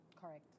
Correct